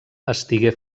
estigué